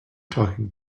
talking